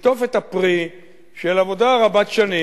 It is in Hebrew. לקטוף את הפרי של עבודה רבת-שנים,